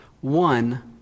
One